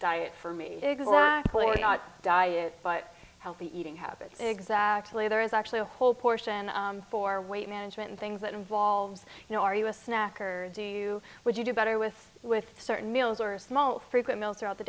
diet for me exactly our diet but healthy eating habits exactly there is actually a whole portion for weight management things that involves you know are you a snack or do you would you do better with with certain meals or small frequent meals throughout the